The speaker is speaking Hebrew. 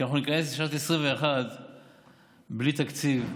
כי אנחנו ניכנס לשנת 2021 בלי תקציב,